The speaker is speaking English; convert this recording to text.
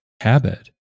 habit